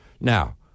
Now